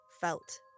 felt